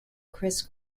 criss